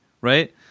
right